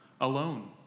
alone